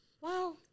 Wow